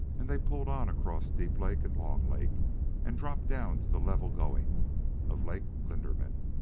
and they pulled on across deep lake and long lake and dropped down to the level-going of lake linderman.